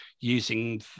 using